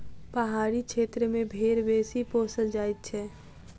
पहाड़ी क्षेत्र मे भेंड़ बेसी पोसल जाइत छै